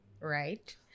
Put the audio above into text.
right